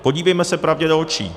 Podívejme se pravdě do očí.